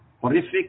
horrific